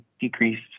decreased